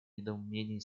недоумении